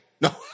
No